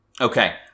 Okay